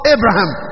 Abraham